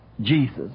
Jesus